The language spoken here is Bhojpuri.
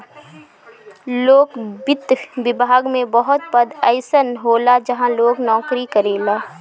लोक वित्त विभाग में बहुत पद अइसन होला जहाँ लोग नोकरी करेला